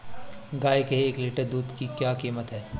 गाय के एक लीटर दूध की क्या कीमत है?